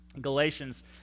Galatians